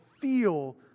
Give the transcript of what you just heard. feel